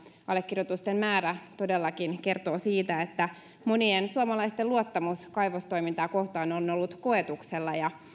allekirjoitusten määrä todellakin kertoo siitä että monien suomalaisten luottamus kaivostoimintaa kohtaan on ollut koetuksella ja